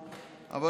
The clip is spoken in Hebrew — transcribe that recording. אבל בהחלט בשורה.